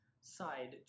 side